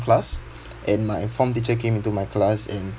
class and my form teacher came into my class and